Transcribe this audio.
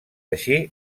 així